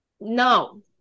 no